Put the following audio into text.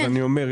אני אומר,